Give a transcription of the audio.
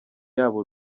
yabo